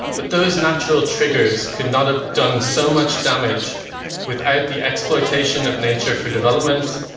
but those natural triggers could not have done so much damage without the exploitation of nature for development,